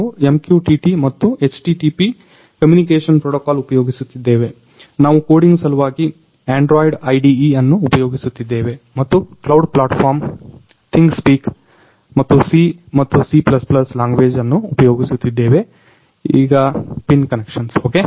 ನಾವು MQTT ಮತ್ತು HTTP communication protocol ಉಪಯೋಗಿಸುತ್ತಿದ್ದೇವೆ ನಾವು ಕೋಡಿಂಗ್ ಸಲುವಾಗಿ ಆಂಡ್ರಾಯ್ಡ್ IDE ಅನ್ನು ಉಪಯೋಗಿಸುತ್ತಿದ್ದೇವೆ ಮತ್ತು ಕ್ಲೌಡ್ ಪ್ಲಾಟ್ ಫಾರ್ಮ್ ಥಿಂಗ್ಸ್ಪೀಕ್ ಮತ್ತು C ಮತ್ತು C ಲಾಂಗ್ವೇಜ್ ಅನ್ನು ಉಪಯೋಗಿಸಿದ್ದೇವೆ ಈಗ ಪಿನ್ ಕನೆಕ್ಷನ್ಸ್ ಓಕೆ